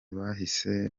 bahise